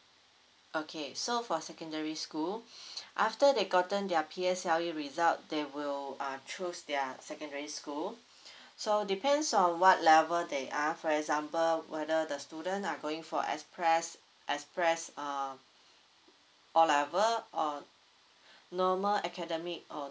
okay so for secondary school after they gotten their P_S_L_E result they will uh choose their secondary school so depends on what level they are for example whether the student are going for express express uh O level or normal academic or